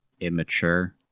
immature